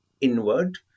inward